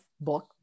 book